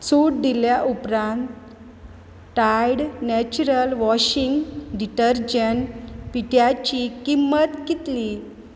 सूट दिल्या उपरांत Tide natural washing detergent पिट्याची किंमत कितली